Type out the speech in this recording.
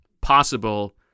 possible